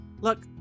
look